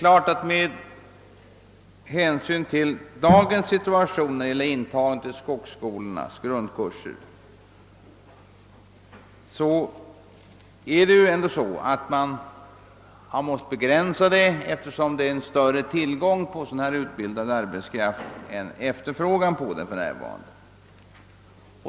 Man måste begränsa intagningen till skogsskolornas grundkurser, eftersom tillgången på utbildad arbetskraft nu är större än efterfrågan.